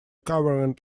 covering